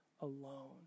alone